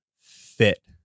fit